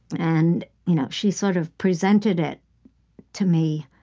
and you know she sort of presented it to me